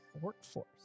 workforce